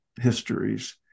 histories